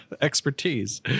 expertise